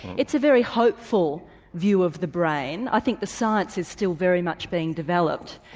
it's a very hopeful view of the brain, i think the science is still very much being developed.